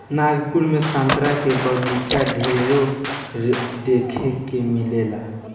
नागपुर में संतरा के बगाइचा ढेरे देखे के मिलेला